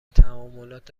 تعاملات